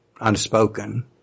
unspoken